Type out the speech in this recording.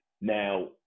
Now